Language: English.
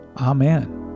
Amen